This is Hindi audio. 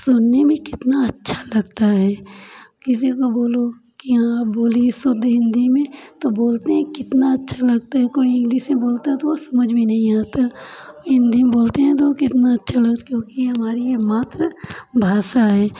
सुनने में कितना अच्छा लगता है किसी को बोलो कि हाँ अब बोलिए शुद्ध हिंदी में तो बोलते हैं कितना अच्छा लगता है कोई इंग्लिश में बोलता तो वो समझ में नहीं आता हिंदी में बोलते हैं तो कितना अच्छा लग क्योंकि हमारी ये हमारी मातृभाषा है